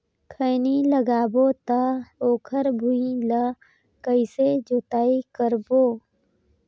खैनी लगाबो ता ओकर भुईं ला कइसे जोताई करबो?